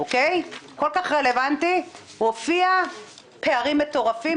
כל כך רלבנטי, הופיעו פערים מטורפים.